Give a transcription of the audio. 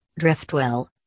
driftwell